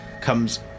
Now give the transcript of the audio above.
comes